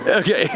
ah okay,